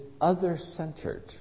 other-centered